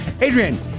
Adrian